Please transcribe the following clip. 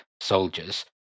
soldiers